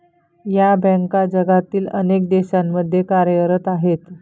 या बँका जगातील अनेक देशांमध्ये कार्यरत आहेत